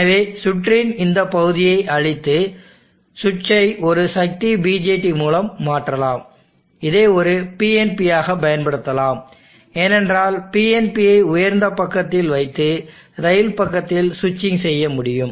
எனவே சுற்றின் இந்த பகுதியை அழித்து சுவிட்சை ஒரு சக்தி BJT மூலம் மாற்றலாம் இதை ஒரு PNP ஆக பயன்படுத்தலாம் ஏனென்றால் PNP யை உயர்ந்த பக்கத்தில் வைத்து ரெயில் பக்கத்தில் ஸ்விட்சிங் செய்ய முடியும்